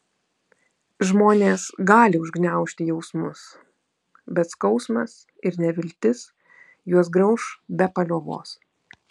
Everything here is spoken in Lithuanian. žmonės gali užgniaužti jausmus bet skausmas ir neviltis juos grauš be paliovos